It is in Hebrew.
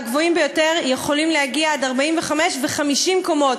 והגבוהים ביותר יכולים להגיע עד 45 ו-50 קומות,